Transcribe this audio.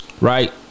Right